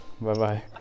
Bye-bye